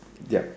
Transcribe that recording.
yup